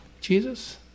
Jesus